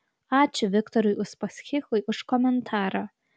ačiū viktorui uspaskichui už komentarą